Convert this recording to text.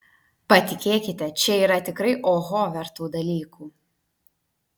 patikėkite čia yra tikrai oho vertų dalykų